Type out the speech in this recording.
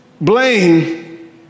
blame